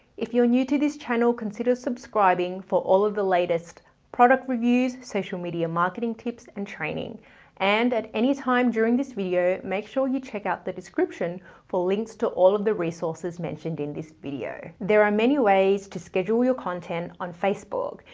if you're new to this channel consider subscribing for all of the latest product reviews, social media marketing tips and training and at anytime during this video make sure you check out the description for links to all of the resources mentioned in this video. there are many ways to schedule your content on facebook.